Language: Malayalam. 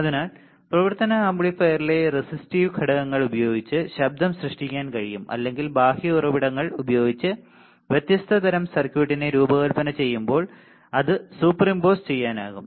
അതിനാൽ പ്രവർത്തന ആംപ്ലിഫയറിലെ റെസിസ്റ്റീവ് ഘടകങ്ങൾ ഉപയോഗിച്ച് ശബ്ദം സൃഷ്ടിക്കാൻ കഴിയും അല്ലെങ്കിൽ ബാഹ്യ ഉറവിടങ്ങൾ ഉപയോഗിച്ച് വ്യത്യസ്ത തരം സർക്യൂട്ടിനെ രൂപകൽപ്പന ചെയ്യുമ്പോൾ അത് സൂപ്പർഇമ്പോസ് ചെയ്യാനാകും